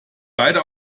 beide